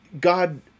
God